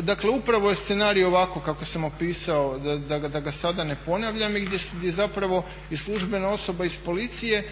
dakle upravo je scenarij ovako kako sam opisao da ga sada ne ponavljam i gdje zapravo i službena osoba iz policije